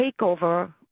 takeover